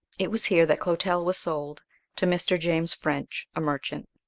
it was here that clotel was sold to mr. james french, a merchant.